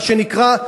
מה שנקרא: